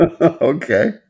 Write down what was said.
Okay